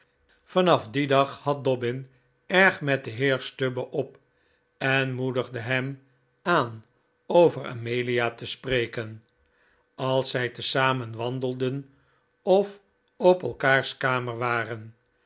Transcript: vanaf dien dag had dobbin erg met den heer stubble op en moedigde hem aan over amelia te spreken als zij te zamen wandelden of op elkaars kamers waren